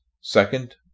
second